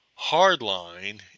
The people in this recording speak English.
hardline